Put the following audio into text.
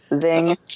Zing